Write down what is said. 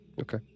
Okay